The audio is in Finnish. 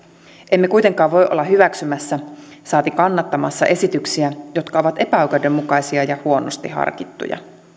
emme kuitenkaan voi olla hyväksymässä saati kannattamassa esityksiä jotka ovat epäoikeudenmukaisia ja huonosti harkittuja